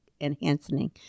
enhancing